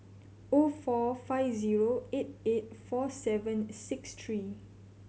O four five zero eight eight four seven six three